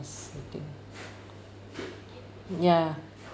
I think ya